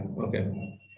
Okay